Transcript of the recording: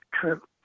true